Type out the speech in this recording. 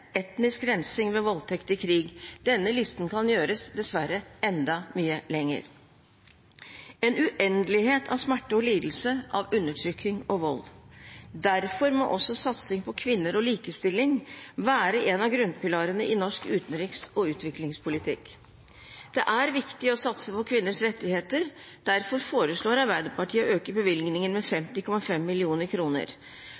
etnisk rensing ved voldtekt i krig – denne listen kan dessverre gjøres enda mye lengre – en uendelighet av smerte og lidelse, av undertrykking og vold. Derfor må også satsing på kvinner og likestilling være en av grunnpilarene i norsk utenriks- og utviklingspolitikk. Det er viktig å satse på kvinners rettigheter. Derfor foreslår Arbeiderpartiet å øke bevilgningene med